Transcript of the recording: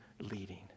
leading